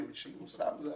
נתב"ג.